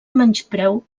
menyspreu